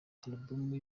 alubumu